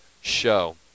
show